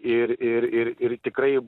ir ir ir ir tikrai